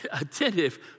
attentive